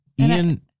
Ian